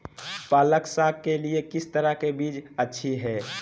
पालक साग के लिए किस तरह के बीज अच्छी है?